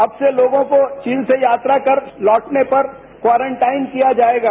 अब से लोगों को चीन से यात्रा कर लौटने पर कॉरनटाइन किया जायेगा